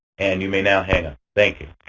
and you may now hang up. thank you.